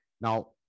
Now